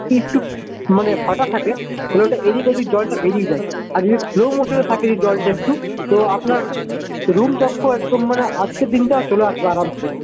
একটু মানে ফাটা থাকে তাহলে ওটা এদিক ওদিক জলটা বেড়িয়ে যায় আর না ফ্লো মোশনে থাকে যে জলটা একটু তো আপনার রুম টক্ক একদম মানে আজকের দিনটা চলে আসবে আরামসে